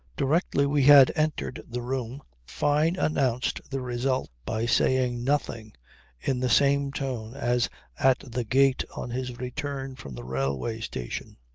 directly we had entered the room fyne announced the result by saying nothing in the same tone as at the gate on his return from the railway station.